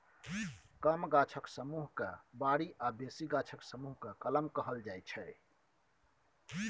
कम गाछक समुह केँ बारी आ बेसी गाछक समुह केँ कलम कहल जाइ छै